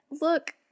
look